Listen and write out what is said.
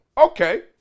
Okay